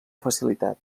facilitat